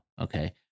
Okay